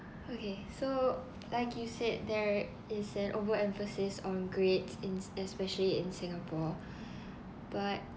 okay so like you said there is an over emphasis on grades ins~ in especially in singapore but